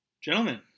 Gentlemen